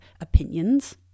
opinions